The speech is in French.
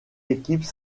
équipes